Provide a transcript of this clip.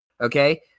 Okay